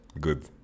good